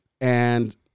and-